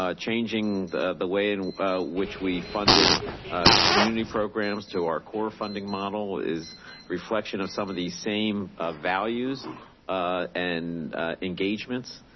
ah changing the the way in which we funded community programs to our core funding model is reflection of some of the same ah values and engagements.